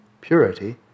purity